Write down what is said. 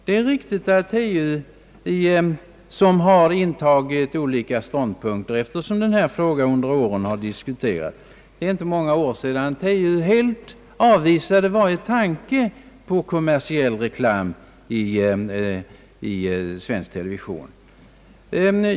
Det är riktigt att TU har intagit olika ståndpunkter allteftersom denna fråga under åren har diskuterats. Det är inte många år sedan TU helt avvisade varje tanke på kommersiell reklam i svensk television.